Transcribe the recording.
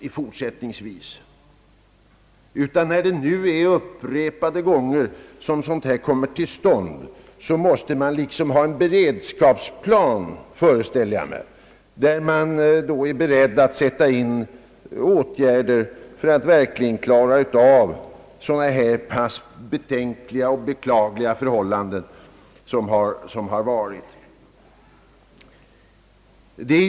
Eftersom dessa uppträden nu har förekommit upprepade gånger föreställer jag mig att man måste göra upp en beredskapsplan, enligt vilken man skall sätta in åtgärder för att verkligen bemästra sådana betänkliga och beklagliga förhållanden som har förekommit.